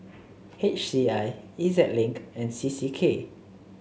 H C I E Z Link and C C K